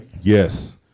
Yes